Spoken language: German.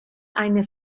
eine